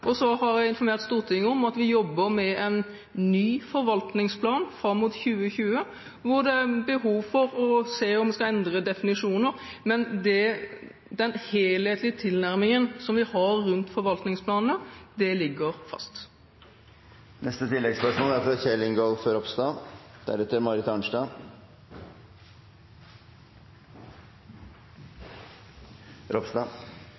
Og så har jeg informert Stortinget om at vi jobber med en ny forvaltningsplan fram mot 2020, hvor det er behov for å se på om vi skal endre definisjoner, men den helhetlige tilnærmingen som vi har rundt forvaltningsplanene, ligger fast. Kjell Ingolf Ropstad – til oppfølgingsspørsmål. Jeg er